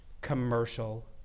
commercial